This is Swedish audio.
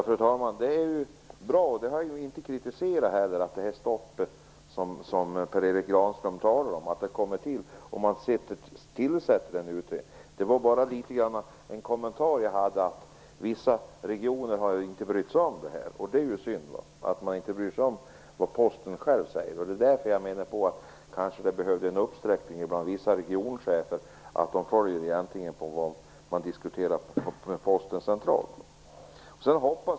Fru talman! Det är bra att det stopp som Per Erik Granström talar om kommer till stånd och att man tillsätter en utredning. Det har jag inte heller kritiserat. Jag ville bara kommentera att vissa regioner inte har brytt sig om det här. Det är synd att man inte bryr sig om vad Posten säger. Därför menade jag att det kanske behövs en uppsträckning bland vissa regionchefer så att de följer vad man diskuterar inom Posten centralt.